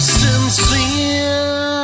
sincere